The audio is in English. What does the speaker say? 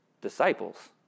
disciples